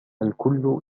الكل